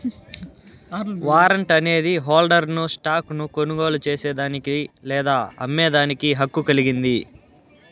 warrant అనేది హోల్డర్ను stock ను కొనుగోలు చేసేదానికి లేదా అమ్మేదానికి హక్కు కలిగింది